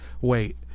wait